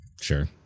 Sure